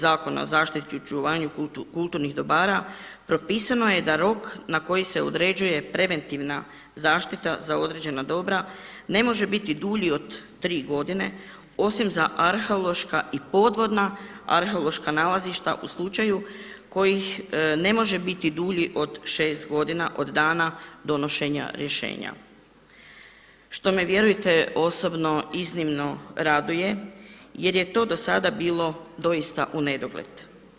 Zakona o zaštiti i očuvanju kulturnih dobara propisano je da rok na koji se određuje preventivna zaštita za određena dobra ne može biti dulji od tri godine osim za arheološka i podvodna arheološka nalažišta u slučaju kojih ne može biti dulji od 6 godina do dana donošenja rješenja što me vjerujte osobno iznimno raduje jer je to do sada bilo doista u nedogled.